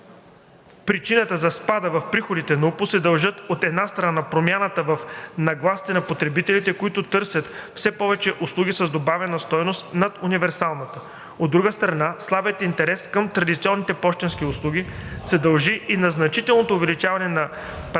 причината за спада в приходите от УПУ се дължи, от една страна, на промяната в нагласите на потребителите, които търсят все повече услуги с добавена стойност над универсалната. От друга страна, слабият интерес към традиционните пощенски услуги се дължи и на значителното увеличение на пратките,